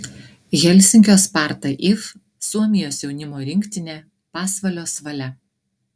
helsinkio sparta if suomijos jaunimo rinktinė pasvalio svalia